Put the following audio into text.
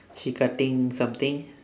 she cutting something